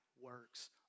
works